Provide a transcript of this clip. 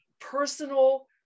personal